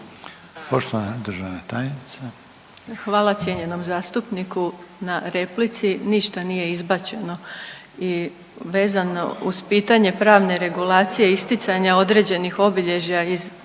Vuksanović, Irena (HDZ)** Hvala cijenjenom zastupniku na replici. Ništa nije izbačeno i vezano uz pitanje pravne regulacije isticanja određenih obilježja iz